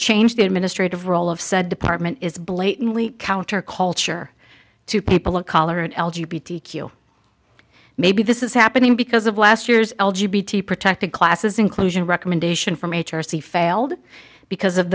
change the administrative role of said department is blatantly counter culture to people of color in l g b t q maybe this is happening because of last year's protected classes inclusion recommendation from h r c failed because of